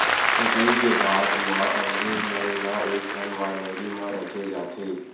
कटई के बाद म अंगुर मन ल एकठन वाइनरी म रखे जाथे